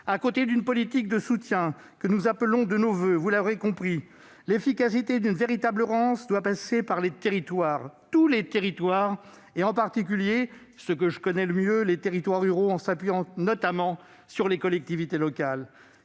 À côté d'une politique de soutien que nous appelons de nos voeux, vous l'aurez compris, l'efficacité d'une véritable relance doit passer par les territoires, tous les territoires, en particulier par ceux que je connais le mieux, à savoir les territoires ruraux, en nous appuyant notamment sur les collectivités locales.